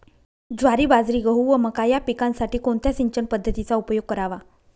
ज्वारी, बाजरी, गहू व मका या पिकांसाठी कोणत्या सिंचन पद्धतीचा उपयोग करावा?